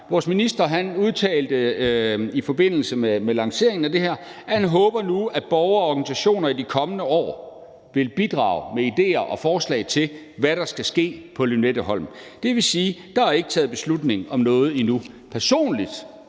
Vores minister udtalte i forbindelse med lanceringen af det her, at han nu håber, at borgere og organisationer i de kommende år vil bidrage med idéer og forslag til, hvad der skal ske på Lynetteholm. Det vil sige, at der ikke er taget beslutning om noget endnu. Personligt